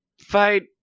fight